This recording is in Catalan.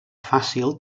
fàcil